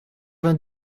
vingt